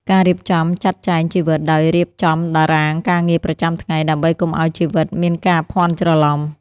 ការរៀបចំចាត់ចែងជីវិតដោយរៀបចំតារាងការងារប្រចាំថ្ងៃ ដើម្បីកុំឱ្យជីវិតមានការភាន់ច្រឡំ។